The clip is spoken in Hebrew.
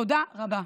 תודה רבה.